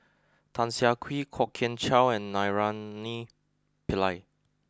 Tan Siah Kwee Kwok Kian Chow and Naraina Pillai